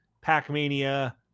Pac-Mania